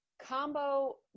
Combo